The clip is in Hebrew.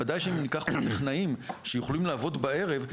ודאי שאם ניקח עוד טכנאים שיכולים לעבוד בערב,